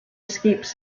escapes